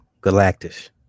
Galactus